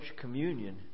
communion